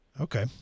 Okay